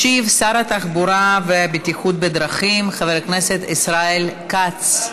ישיב שר התחבורה והבטיחות בדרכים חבר הכנסת ישראל כץ.